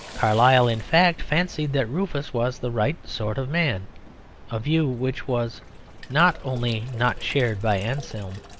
carlyle, in fact, fancied that rufus was the right sort of man a view which was not only not shared by anselm,